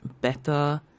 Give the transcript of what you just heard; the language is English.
better